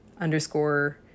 underscore